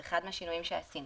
זה אחד השינויים שעשינו.